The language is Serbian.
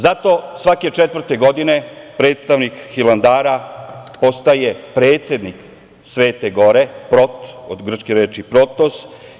Zato svake četvrte godine predstavnik Hilandara postaje predsednik Svete Gore, prot, od grčke reči protos.